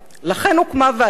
לכן הוקמה ועדת-קדמי.